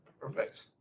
Perfect